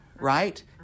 right